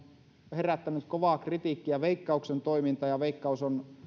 herättänyt kovaa kritiikkiä veikkauksen toiminta ja veikkaus on